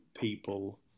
people